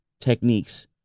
techniques